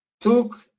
took